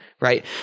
right